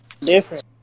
different